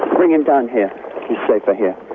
bring him down here. he's safer here.